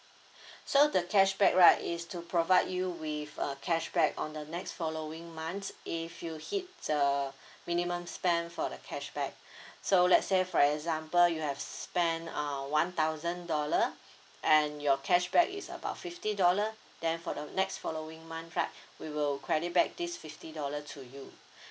so the cashback right is to provide you with uh cashback on the next following month if you hit the minimum spend for the cashback so let's say for example you have spend uh one thousand dollar and your cashback is about fifty dollar then for the next following month right we will credit back this fifty dollar to you